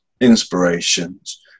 inspirations